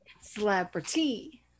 celebrity